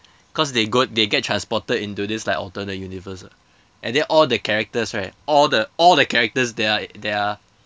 cause they go they get transported into this like alternate universe ah and then all the characters right all the all the characters there right there are